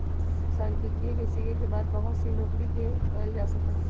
सांख्यिकी के सीखे के बाद बहुत सी नौकरि के कइल जा सका हई